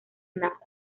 nada